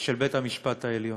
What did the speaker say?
של בית-המשפט העליון.